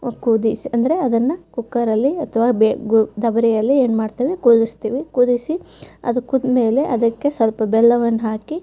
ಕುದಿಸಿ ಅಂದರೆ ಅದನ್ನು ಕುಕ್ಕರಲ್ಲಿ ಅಥ್ವಾ ಬೆ ಗೊ ದಬರಿಯಲ್ಲಿ ಏನು ಮಾಡ್ತೇವೆ ಕುದಿಸ್ತೀವಿ ಕುದಿಸಿ ಅದು ಕುದ್ಮೇಲೆ ಅದಕ್ಕೆ ಸ್ವಲ್ಪ ಬೆಲ್ಲವನ್ನು ಹಾಕಿ